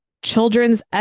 Children's